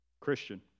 Christian